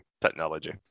technology